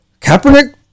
Kaepernick